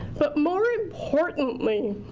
but more importantly,